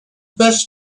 best